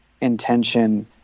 intention